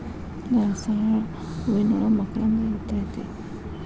ದಾಸಾಳ ಹೂವಿನೋಳಗ ಮಕರಂದ ಇರ್ತೈತಿ